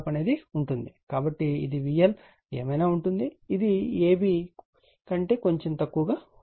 కాబట్టి ఇది VL ఏమైనా ఉంటుంది ఇది ab కంటే కొంచెం తక్కువగా ఉంటుంది